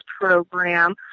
Program